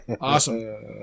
Awesome